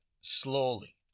slowly